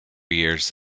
years